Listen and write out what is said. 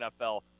NFL